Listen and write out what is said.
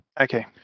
Okay